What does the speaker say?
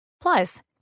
Plus